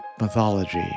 Mythology